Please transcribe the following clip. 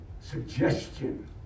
suggestion